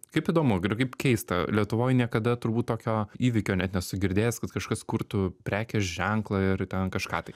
kaip įdomu ir kaip keista lietuvoj niekada turbūt tokio įvykio net nesu girdėjęs kad kažkas kurtų prekės ženklą ir ten kažką tai